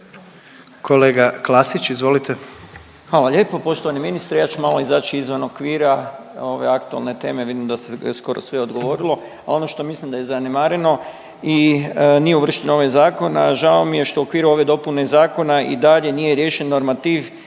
**Klasić, Darko (HSLS)** Hvala lijepo. Poštovani ministre, ja ću malo izaći izvan okvira ove aktualne teme jer vidim da se skoro sve odgovorilo, a ono što mislim da je zanemareno i nije uvršteno u ovaj zakon, a žao mi je što u okviru ove dopune zakona i dalje nije riješen normativ